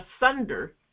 asunder